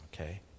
Okay